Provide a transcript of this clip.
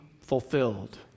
fulfilled